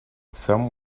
some